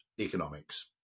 economics